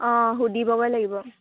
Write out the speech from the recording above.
অঁ সুধিবগৈ লাগিব